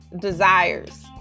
desires